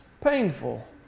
painful